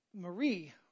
Marie